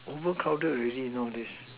overcrowded already nowadays